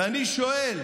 ואני שואל: